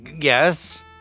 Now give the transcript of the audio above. yes